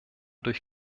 durch